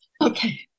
okay